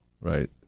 right